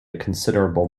considerable